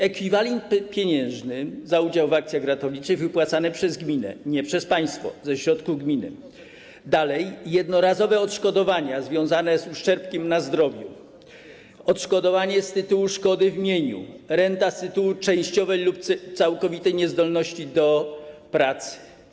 Ekwiwalent pieniężny za udział w akcjach ratowniczych, wypłacany przez gminę, nie przez państwo, ze środków gminy, dalej: jednorazowe odszkodowania związane z uszczerbkiem na zdrowiu, odszkodowanie z tytułu szkody w mieniu, renta z tytułu częściowej lub całkowitej niezdolności do pracy.